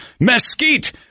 mesquite